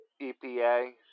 EPA